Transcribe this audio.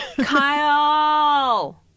Kyle